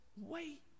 wait